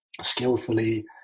skillfully